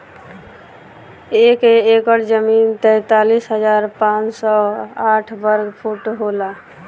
एक एकड़ जमीन तैंतालीस हजार पांच सौ साठ वर्ग फुट होला